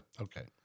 Okay